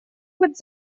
быть